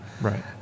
Right